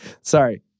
sorry